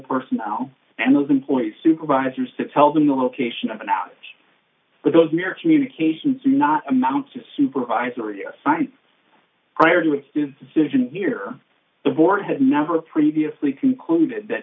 personnel and those employees supervisors to tell them the location of an out but those near communications do not amount to supervisory a sign prior to its decision here the board had never previously concluded that